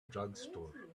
drugstore